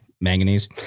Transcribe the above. manganese